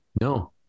No